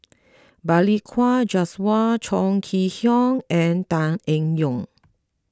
Balli Kaur Jaswal Chong Kee Hiong and Tan Eng Yoon